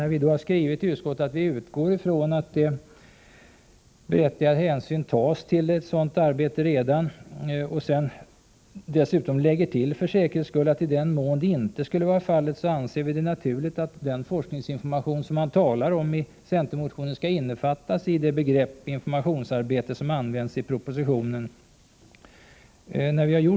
I utskottsbetänkandet skriver vi att vi utgår från att berättigad hänsyn till sådant arbete redan tas, och vi lägger sedan för säkerhets skull till att i den mån så inte skulle vara fallet anser vi det naturligt att den forskningsinformation som man talar om i centermotionen skall innefattas i det begrepp, informationsarbete, som används i propositionen.